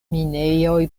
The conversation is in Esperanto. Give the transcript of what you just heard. minejoj